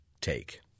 take